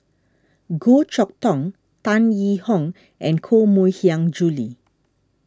Goh Chok Tong Tan Yee Hong and Koh Mui Hiang Julie